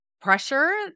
pressure